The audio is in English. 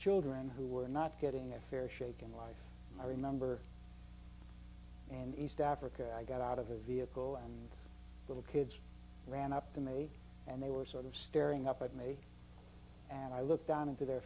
children who were not getting a fair shake in life and i remember and east africa i got out of the vehicle and little kids ran up to me and they were sort of staring up at me and i looked down into their